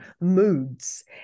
Moods